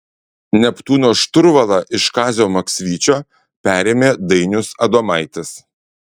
neptūno šturvalą iš kazio maksvyčio perėmė dainius adomaitis